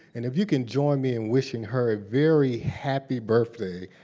and if you can join me in wishing her a very happy birthday,